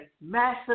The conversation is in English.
massive